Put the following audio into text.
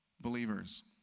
believers